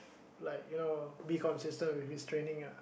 like you know be consistent with his training ah